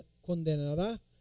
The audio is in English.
condenará